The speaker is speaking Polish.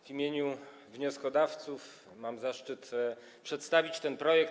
W imieniu wnioskodawców mam zaszczyt przedstawić ten projekt.